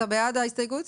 אתה בעד ההסתייגות?